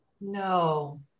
No